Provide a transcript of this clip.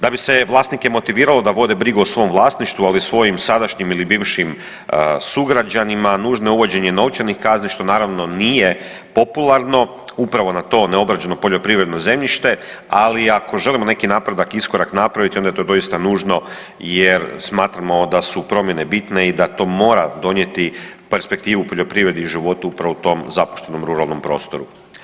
Da bi se vlasnike motiviralo da vode brigu o svom vlasništvu, ali o svojim sadašnjim ili bivšim sugrađanima, nužno je uvođenje novčanih kazni što naravno nije popularno, upravo na to neobrađeno poljoprivredno zemljište, ali ako želimo neki napredak, iskorak napraviti onda je to doista nužno jer smatramo da su promjene bitne i da to mora donijeti perspektivu u poljoprivredi i životu upravo u tom zapuštenom ruralnom prostoru.